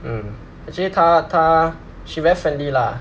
mm actually 她她 she very friendly lah